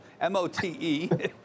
M-O-T-E